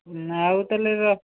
ଆଉ ତା'ହେଲେ